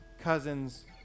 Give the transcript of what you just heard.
cousins